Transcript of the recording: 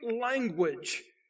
language